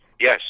Yes